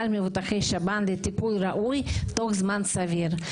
מבוטחי שב"ן לטיפול ראוי תוך זמן סביר.